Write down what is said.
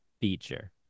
feature